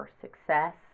success